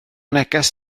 neges